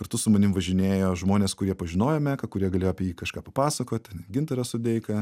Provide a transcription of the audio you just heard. kartu su manim važinėjo žmonės kurie pažinojo meką kurie galėjo apie jį kažką papasakot gintaras sodeika